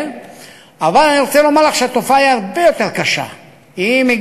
אבל אני רוצה לומר לך שהתופעה היא הרבה יותר קשה.